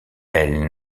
elle